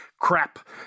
crap